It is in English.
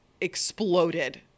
exploded